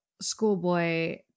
schoolboy